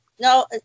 No